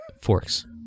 forks